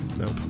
no